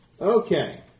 Okay